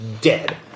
dead